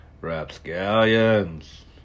rapscallions